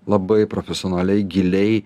labai profesionaliai giliai